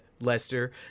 Lester